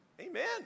Amen